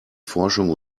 forschung